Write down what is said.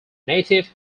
native